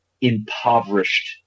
impoverished